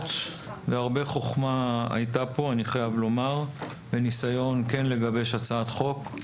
אני חייב לומר שהרבה חכמה הייתה כאן וניסיון כן לגבש הצעת חוק.